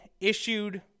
issued